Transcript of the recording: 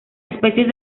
especias